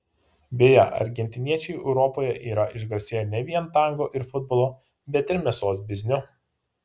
beje argentiniečiai europoje yra išgarsėję ne vien tango ir futbolu bet ir mėsos bizniu